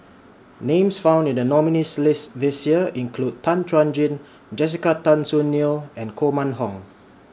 Names found in The nominees' list This Year include Tan Chuan Jin Jessica Tan Soon Neo and Koh Mun Hong